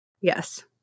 Yes